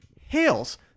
hails